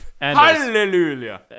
Hallelujah